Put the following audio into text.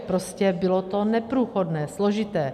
Prostě bylo to neprůchodné, složité.